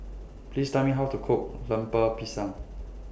Please Tell Me How to Cook Lemper Pisang